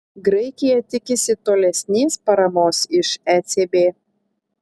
graikija tikisi tolesnės paramos iš ecb